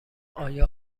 آیا